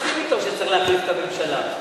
מסכים אתו שצריך להחליף את הממשלה.